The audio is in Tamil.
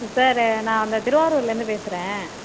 சார் நான் அந்த திருவாரூர்லேருந்து பேசுறேன்